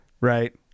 Right